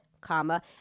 comma